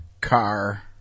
Car